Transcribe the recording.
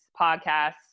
podcasts